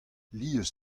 lies